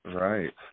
Right